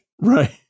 Right